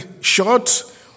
short